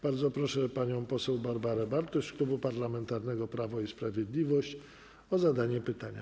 Bardzo proszę panią poseł Barbarę Bartuś z Klubu Parlamentarnego Prawo i Sprawiedliwość o zadanie pytania.